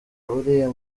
uriya